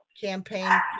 campaign